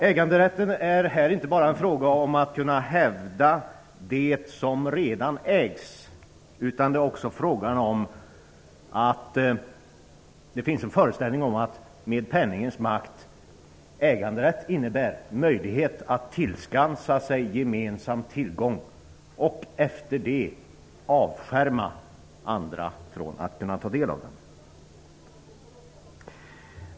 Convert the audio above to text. Äganderätten är här inte bara en fråga om att kunna hävda det som redan ägs, utan det finns också en föreställning om att äganderätt innebär möjlighet att tillskansa sig gemensam tillgång med penningens makt och efter det avskärma andra från att kunna ta del av den.